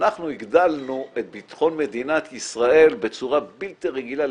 אנחנו הגדלנו את בטחון מדינת ישראל בצורה בלתי רגילה,